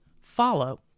follow